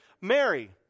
Mary